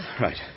Right